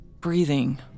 Breathing